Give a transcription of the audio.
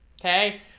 okay